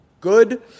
good